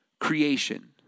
creation